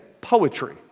Poetry